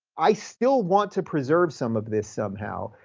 i still want to preserve some of this somehow,